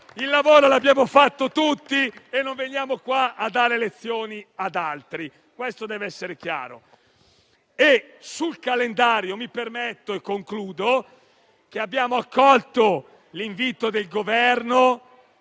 il lavoro l'abbiamo fatto tutti e non veniamo qua a dare lezioni ad altri. Questo deve essere chiaro. Sul calendario - mi permetto e concludo - abbiamo accolto l'invito del Governo: